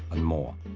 and more.